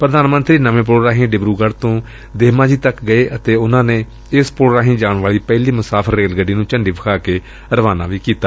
ਪ੍ਧਾਨ ਮੰਤਰੀ ਨਵੇਂ ਪੁਲ ਰਾਹੀਂ ਡਿਬਰੂਗੜੁ ਤੋਂ ਧੰਮਾ ਜੀ ਗਏ ਅਤੇ ਉਨੂਾ ਨੇ ਇਸ ਪੁਲ ਰਾਹੀਂ ਜਾਣ ਵਾਲੀ ਪਹਿਲੀ ਮੁਸਾਫਰ ਰੇਲ ਗੱਡੀ ਨੂੰ ਝੰਡੀ ਵਿਖਾ ਕੇ ਰਵਾਨਾ ਕੀਤਾ